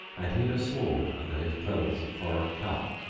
and hid a sword under his clothes of foreign cut.